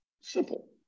Simple